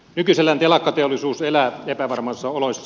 nykyisellään telakkateollisuus elää epävarmoissa oloissa